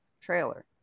trailer